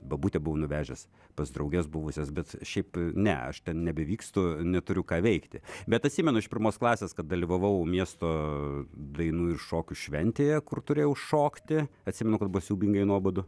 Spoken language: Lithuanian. bobutę buvau nuvežęs pas drauges buvusias bet šiaip ne aš nebevykstu neturiu ką veikti bet atsimenu iš pirmos klasės kad dalyvavau miesto dainų ir šokių šventėje kur turėjau šokti atsimenu kad buvo siaubingai nuobodu